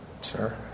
Sir